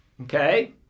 Okay